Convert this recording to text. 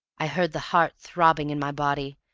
i heard the heart throbbing in my body,